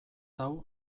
hau